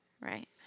Right